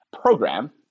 program